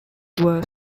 were